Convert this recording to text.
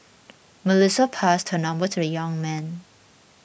Melissa passed her number to the young man